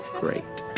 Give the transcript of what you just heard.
great.